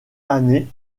année